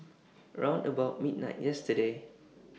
round about midnight yesterday